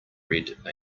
red